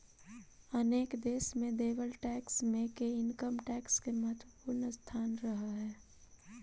अनेक देश में देवल टैक्स मे के इनकम टैक्स के महत्वपूर्ण स्थान रहऽ हई